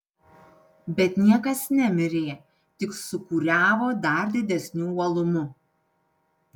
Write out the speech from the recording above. bet niekas nemirė tik sūkuriavo dar didesniu uolumu